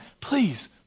Please